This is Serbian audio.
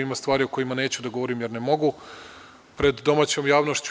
Ima stvari o kojima neću da govorim, jer ne mogu pred domaćom javnošću.